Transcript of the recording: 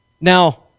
Now